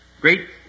great